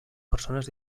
persones